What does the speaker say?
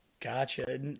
Gotcha